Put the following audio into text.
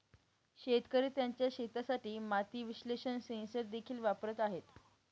शेतकरी त्यांच्या शेतासाठी माती विश्लेषण सेन्सर देखील वापरत आहेत